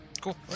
Cool